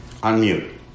unmute